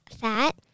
fat